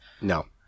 no